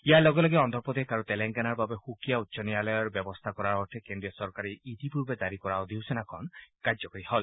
ইয়াৰ লগে লগে অদ্ৰপ্ৰদেশ আৰু তেলেংগানাৰ বাবে সুকীয়া উচ্চ ন্যায়ালয়ৰ ব্যৱস্থা কৰাৰ অৰ্থে কেন্দ্ৰীয় চৰকাৰে ইতিপূৰ্বে জাৰি কৰা অধিসূচনাখন কাৰ্যকৰী হল